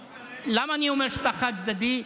למה אני אומר שאתה חד-צדדי?